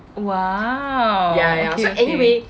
!wow! okay okay